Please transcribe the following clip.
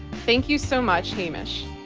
thank you so much, hamish.